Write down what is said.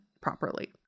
properly